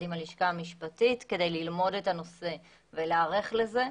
עם הלשכה המשפטית כדי ללמוד את הנושא ולהיערך לזה.